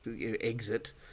exit